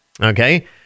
Okay